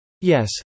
Yes